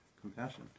compassion